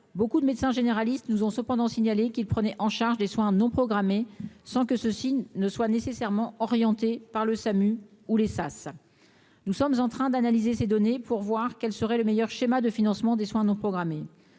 beaucoup de médecins généralistes nous ont cependant signalé qu'il prenait en charge des soins non programmés sans que ceux-ci ne soient nécessairement orientés par le SAMU ou les sas, nous sommes en train d'analyser ces données pour voir quel serait le meilleur schéma de financement des soins non programmés,